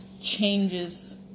changes